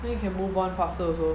then you can move on photos also